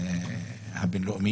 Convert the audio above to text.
הנתונים,